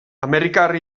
amerikar